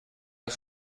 uns